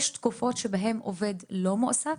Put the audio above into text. יש תקופות שבהן העובד לא מועסק,